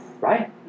Right